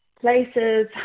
places